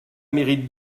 mérite